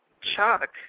Chuck